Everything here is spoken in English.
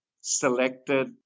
selected